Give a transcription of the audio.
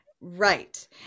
right